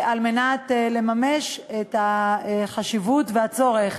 כדי לממש את החשיבות והצורך